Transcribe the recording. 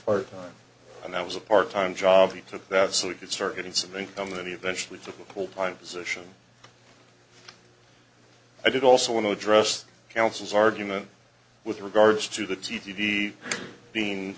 part time and that was a part time job he took that so we could start getting some income and eventually the full time position i did also want to address counsel's argument with regards to the t v being